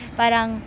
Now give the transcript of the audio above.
parang